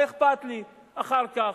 מה אכפת לי אחר כך?